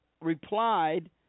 replied